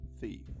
Thief